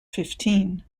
fifteen